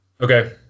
okay